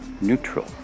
neutral